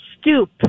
stoop